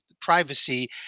privacy